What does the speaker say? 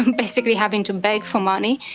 basically having to beg for money,